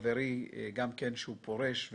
שגם הוא פורש,